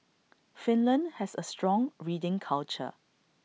Finland has A strong reading culture